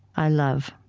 i love.